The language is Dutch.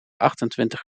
achtentwintig